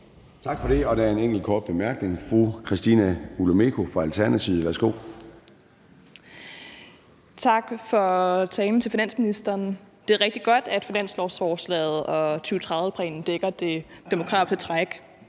Tak for det. Der er en enkelt kort bemærkning. Fru Christina Olumeko fra Alternativet. Værsgo. Kl. 10:21 Christina Olumeko (ALT): Tak til finansministeren for talen. Det er rigtig godt, at finanslovsforslaget og 2030-planen dækker det demografiske træk,